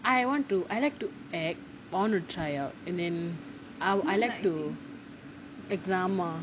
I want to I like to act I want to try out and then I I like to a drama